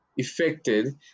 affected